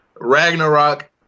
Ragnarok